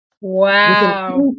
Wow